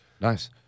Nice